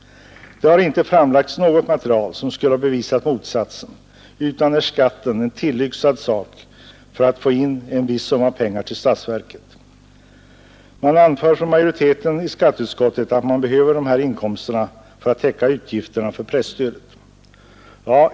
Det har inte framlagts något material som skulle ha bevisat motsatsen. Skatten är en tillyxad sak för att få in en viss summa pengar till statsverket. Majoriteten i skatteutskottet anför att dessa inkomster behövs för att täcka utgifterna för presstödet.